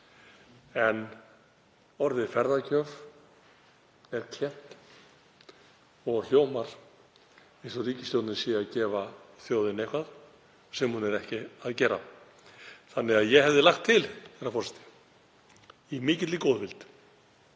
Orðið ferðagjöf er klént og hljómar eins og ríkisstjórnin sé að gefa þjóðinni eitthvað sem hún er ekki að gera. Ég hefði lagt til, herra forseti, í mikilli góðvild